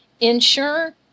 ensure